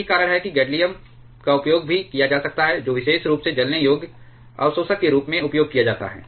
यही कारण है कि गैडोलीनियम का उपयोग भी किया जा सकता है जो विशेष रूप से जलने योग्य अवशोषक के रूप में उपयोग किया जाता है